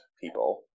people